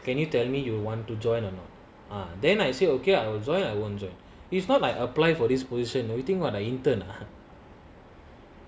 can you tell me you will want to join or not ah then I say okay I will join I won't join if not I apply for this position you think what I intern ah